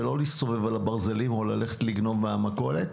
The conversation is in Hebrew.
ולא להסתובב על הברזלים או ללכת לגנוב מהמכולת,